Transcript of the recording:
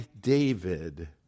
David